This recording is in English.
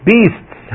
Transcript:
Beasts